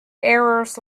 errors